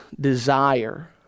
desire